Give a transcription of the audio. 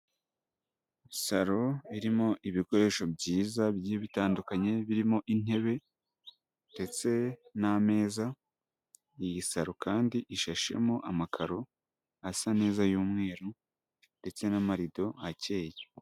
Saro irimo ibikoresho byiza bigiye bitandukanye birimo intebe ndetse n'ameza, iyi saro kandi ishashemo amakaro asa neza y'umweru ndetse n'amarido akeye.